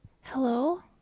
Hello